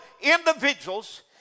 individuals